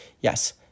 Yes